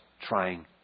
trying